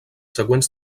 següents